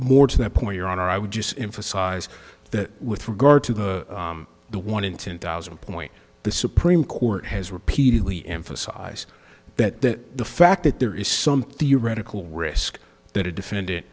more to the point your honor i would use emphasize that with regard to the one in ten thousand point the supreme court has repeatedly emphasized that the fact that there is some theoretical risk that a defendant